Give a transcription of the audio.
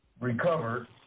recovered